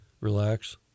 relax